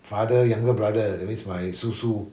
father younger brother that means my 叔叔